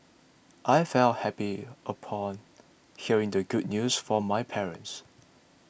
I felt happy upon hearing the good news from my parents